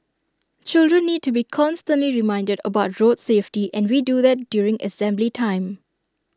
children need to be constantly reminded about road safety and we do that during assembly time